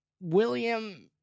William